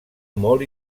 molt